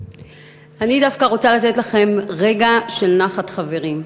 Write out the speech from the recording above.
אני דווקא רוצה לתת לכם רגע של נחת, חברים.